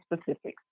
specifics